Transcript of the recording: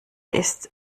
ist